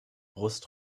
brust